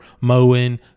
mowing